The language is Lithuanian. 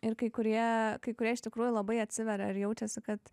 ir kai kurie kai kurie iš tikrųjų labai atsiveria ir jaučiasi kad